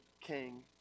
king